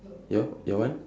your your one